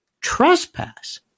trespass